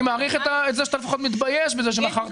אני מעריך את זה שלפחות אתה מתבייש בזה שמכרת